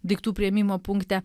daiktų priėmimo punkte